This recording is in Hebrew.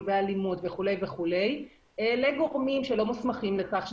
באלימות וכולי לגורמים שלא מוסמכים לכך,